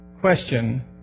question